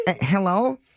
Hello